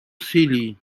silly